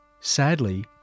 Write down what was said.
Sadly